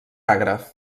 agre